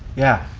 yeah,